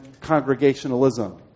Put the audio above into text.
Congregationalism